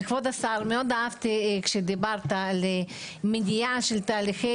כבוד השר, מאוד אהבתי, כשדיברת על מניעה של תהליכי